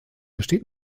besteht